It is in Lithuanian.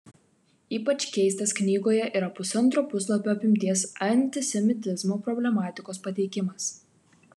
ypač keistas knygoje yra pusantro puslapio apimties antisemitizmo problematikos pateikimas